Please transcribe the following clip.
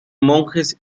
monjes